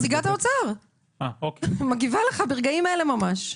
נציגת האוצר מגיבה לך ברגעים אלה ממש.